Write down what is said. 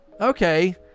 Okay